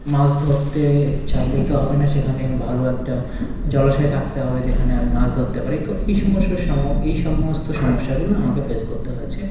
মাছ ধরতে চাইলেই তো হবে না সেখানে ভালো একটা জলাশয় থাকতে হবে যেখানে আমি মাছ ধরতে পারি তো এই সমস্য সম এই সমস্ত সমস্যাগুলো আমাকে ফেস করতে হয়েছে